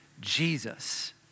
Jesus